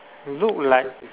look like